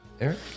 Eric